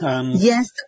Yes